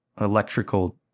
electrical